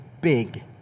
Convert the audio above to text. big